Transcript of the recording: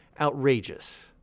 outrageous